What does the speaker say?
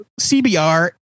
CBR